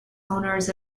owners